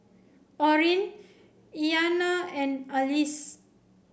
Orin Iyanna and Alease